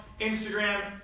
Instagram